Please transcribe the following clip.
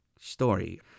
story